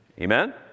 Amen